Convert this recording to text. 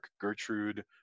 gertrude